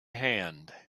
hand